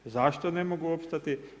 Zašto ne mogu opstati?